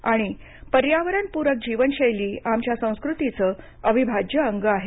आणि पर्यावरणप्रक जीवनशैली आमच्या संस्कृतीचं अविभाज्य अंग आहे